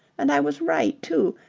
and i was right, too.